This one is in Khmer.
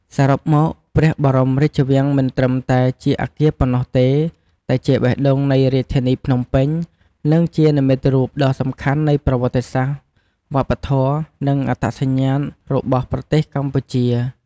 សរុបមក ព្រះបរមរាជវាំងមិនមែនត្រឹមតែជាអគារប៉ុណ្ណោះទេ តែជាបេះដូងនៃរាជធានីភ្នំពេញ និងជានិមិត្តរូបដ៏សំខាន់នៃប្រវត្តិសាស្ត្រ វប្បធម៌ និងអត្តសញ្ញាណរបស់ប្រទេសកម្ពុជា។